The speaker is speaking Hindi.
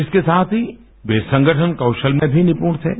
इसके साथ ही वे संगठन कौशल में भी निपुण थे